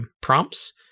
prompts